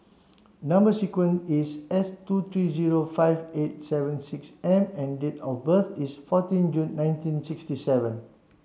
number sequence is S two three zero five eight seven six M and date of birth is fourteen June nineteen sixty seven